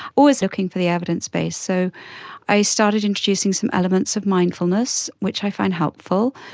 always looking for the evidence base. so i started introducing some elements of mindfulness, which i find helpful.